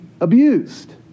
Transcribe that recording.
abused